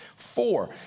Four